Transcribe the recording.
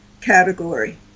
category